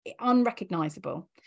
unrecognizable